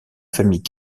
famille